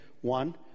One